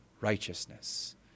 righteousness